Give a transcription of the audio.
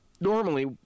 normally